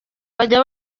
bajya